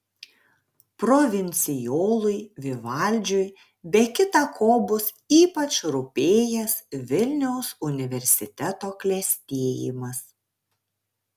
provincijolui vivaldžiui be kita ko bus ypač rūpėjęs vilniaus universiteto klestėjimas